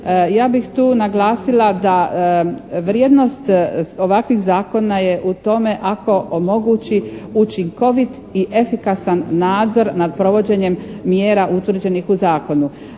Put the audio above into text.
ja bih tu naglasila da vrijednost ovakvih zakona je u tome ako omogući učinkovit i efikasan nadzor nad provođenjem mjera utvrđenih u zakonu.